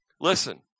Listen